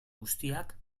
guztiak